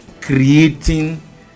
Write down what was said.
creating